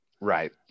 right